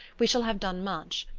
we shall have done much.